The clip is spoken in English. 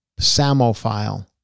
samophile